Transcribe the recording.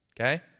Okay